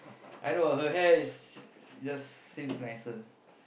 I know her hair is just seems nicer